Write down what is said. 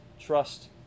Trust